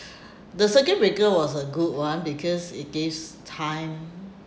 the circuit breaker was a good one because it gives time